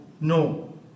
no